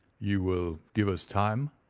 you will give us time,